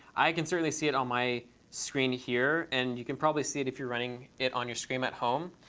i can certainly see it on my screen here. and you can probably see it if you're running it on your screen at home.